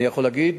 אני יכול להגיד,